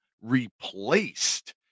replaced